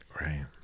right